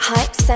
Hype